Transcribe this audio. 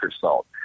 salt